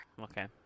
okay